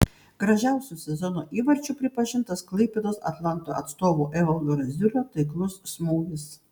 gražiausiu sezono įvarčiu pripažintas klaipėdos atlanto atstovo evaldo raziulio taiklus smūgis